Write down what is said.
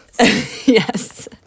yes